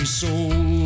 soul